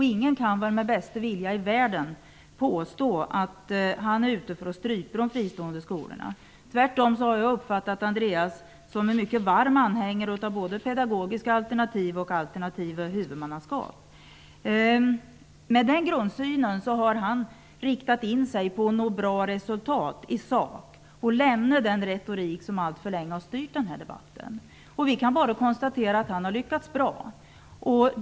Ingen kan väl med bästa vilja i världen påstå att han är ute efter att strypa de fristående skolorna. Tvärtom har jag uppfattat Andreas Carlgren som en mycket varm anhängare av både pedagogiska alternativ och alternativa huvudmannaskap. Med den grundsynen har han riktat in sig på att nå bra resultat i sak och lämnat den retorik som alltför länge har styrt debatten. Vi kan bara konstatera att han har lyckats bra.